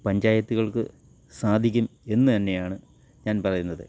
പഞ്ചായത്തുകൾക്കു സാധിക്കും എന്നു തന്നെ ആണ് ഞാൻ പറയുന്നത്